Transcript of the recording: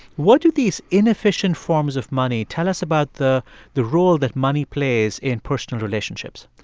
what do these inefficient forms of money tell us about the the role that money plays in personal relationships?